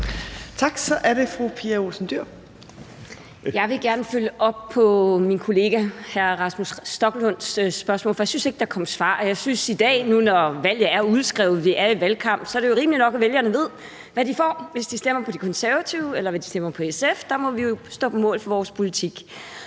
Dyhr. Kl. 14:51 Pia Olsen Dyhr (SF): Jeg vil gerne følge op på min kollega hr. Rasmus Stoklunds spørgsmål, for jeg synes ikke, der kom et svar. Og jeg synes, når nu valget er udskrevet og vi er i en valgkamp, at det er rimeligt nok, at vælgerne ved, hvad de får, hvis de stemmer på De Konservative, eller hvis de stemmer på SF. Der må vi jo stå på mål for vores politik.